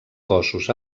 cossos